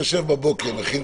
מה זה